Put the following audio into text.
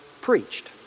preached